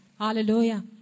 Hallelujah